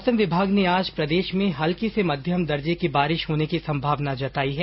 मौसम विभाग ने आज प्रदेश में हल्की से मध्यम दर्जे की बारिश होने की संभावना जताई है